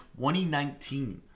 2019